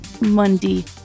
Monday